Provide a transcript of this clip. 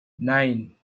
nine